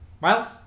Miles